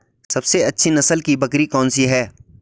सबसे अच्छी नस्ल की बकरी कौन सी है?